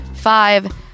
Five